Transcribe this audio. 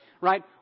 right